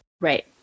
Right